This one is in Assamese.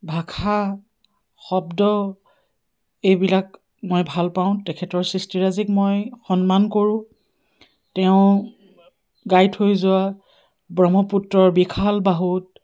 ভাষা শব্দ এইবিলাক মই ভাল পাওঁ তেখেতৰ সৃষ্টিৰাজিক মই সন্মান কৰোঁ তেওঁ গাই থৈ যোৱা ব্ৰহ্মপুত্ৰৰ বিশাল বাহুত